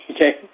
Okay